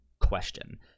question